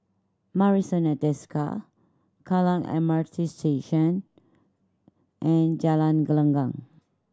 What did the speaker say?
Marrison at Desker Kallang M R T Station and Jalan Gelenggang